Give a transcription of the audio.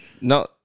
No